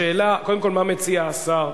השאלה קודם כול מה מציע השר.